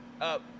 up